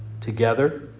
together